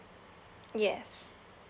yes